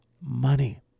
money